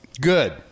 Good